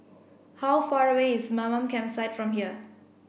how far away is Mamam Campsite from here